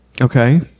Okay